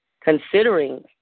considering